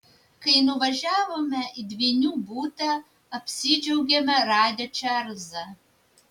kai nuvažiavome į dvynių butą apsidžiaugėme radę čarlzą